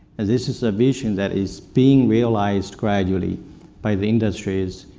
and this is a vision that is being realized gradually by the industries,